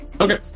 Okay